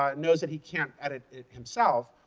um knows that he can't edit himself,